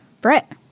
Brett